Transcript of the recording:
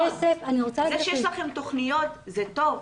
הכסף --- זה שיש לכם תכניות זה טוב,